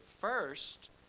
first